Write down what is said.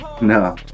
No